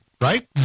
Right